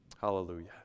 Hallelujah